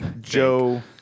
Joe